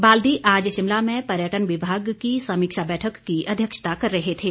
बाल्दी आज शिमला में पर्यटन विभाग की समीक्षा बैठक की अध्यक्षता कर रहे थे